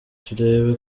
turebe